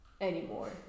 anymore